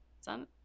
son